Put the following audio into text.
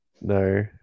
No